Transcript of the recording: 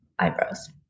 eyebrows